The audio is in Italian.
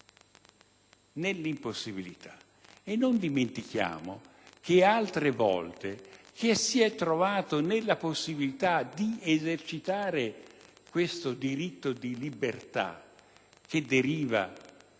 nell'impossibilità di decidere. Non dimentichiamo poi che altre volte chi si è trovato nella possibilità di esercitare questo diritto di libertà, che deriva dagli